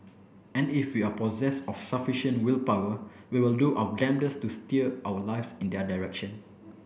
and if we are possessed of sufficient willpower we will do our damnedest to steer our lives in their direction